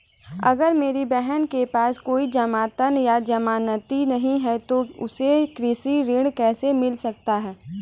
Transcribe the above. अगर मेरी बहन के पास कोई जमानत या जमानती नहीं है तो उसे कृषि ऋण कैसे मिल सकता है?